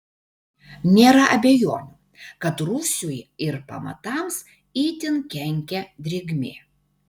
nėra abejonių kad rūsiui ir pamatams itin kenkia drėgmė